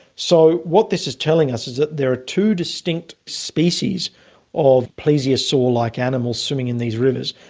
so what this is telling us is that there are two distinct species of plesiosaur-like animals swimming in these rivers,